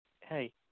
hey